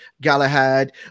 galahad